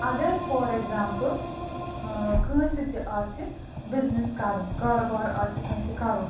اگر for example کٲنٛسہِ تہِ آسہِ بِزنٮ۪س کَرُن کارٕبار آسہِ کٲنٛسہِ کَرُن